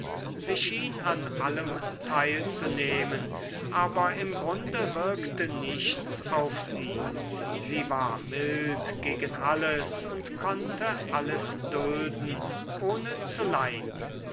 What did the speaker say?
sie schien an allem teilzunehmen aber im grunde wirkte nichts auf sie sie war mild gegen alles und konnte alles dulden ohne zu leiden